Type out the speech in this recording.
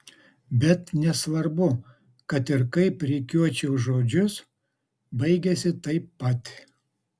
bet nesvarbu kad ir kaip rikiuočiau žodžius baigiasi taip pat